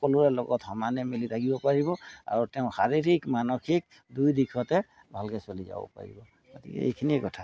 সকলোৰে লগত সমানে মিলি থাকিব পাৰিব আৰু তেওঁ শাৰীৰিক মানসিক দুই দিশতে ভালকৈ চলি যাব পাৰিব গতিকে এইখিনিয়ে কথা